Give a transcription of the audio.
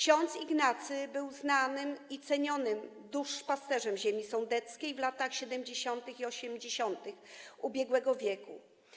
Ks. Ignacy był znanym i cenionym duszpasterzem ziemi sądeckiej w latach 70. i 80. ubiegłego wieku.